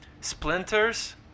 splinters